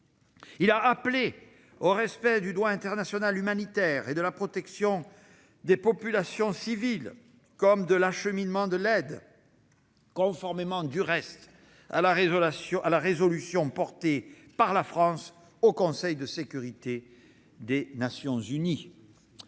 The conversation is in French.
Il a appelé au respect du droit international humanitaire et de la protection des populations civiles comme de l'acheminement de l'aide, conformément à la résolution portée par la France au Conseil de sécurité des Nations unies.